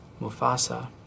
Mufasa